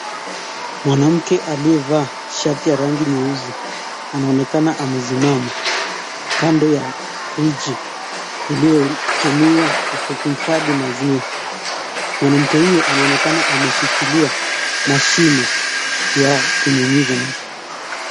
Mwanamke aliyevaa shati ya rangi nyeusi anaonekana amesimama kando ya friji iliyotumiwa kuhifadhi maziwa. Mwanamke huyu anaonekana ameshikilia mashine ya kunyunyiza mafuta.